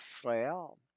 Israel